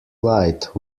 light